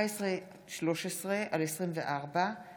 עיסאווי פריג' ומוסי רז,